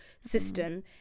system